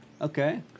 Okay